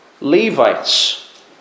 Levites